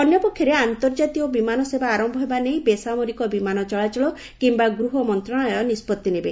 ଅନ୍ୟପକ୍ଷରେ ଆନ୍ତର୍କାତୀୟ ବିମାନ ସେବା ଆର ବେସାମରିକ ବିମାନ ଚଳାଚଳ କିମ୍ନା ଗୃହ ମନ୍ତ୍ରଶାଳୟ ନିଷ୍ବତି ନେବ